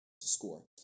score